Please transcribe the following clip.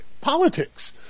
politics